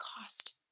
cost